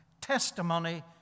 testimony